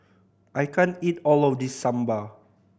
I can't eat all of this Sambar